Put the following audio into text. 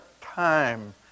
time